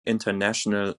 international